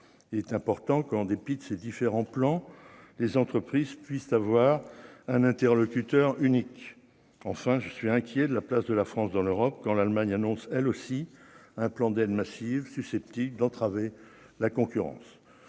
il est important que, en dépit de ces différents plans, les entreprises puissent avoir un interlocuteur unique, enfin, je suis inquiet de la place de la France dans l'Europe quand l'Allemagne annonce elle aussi un plan d'aide massive susceptibles d'entraver la concurrence